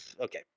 Okay